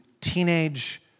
teenage